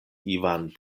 ivan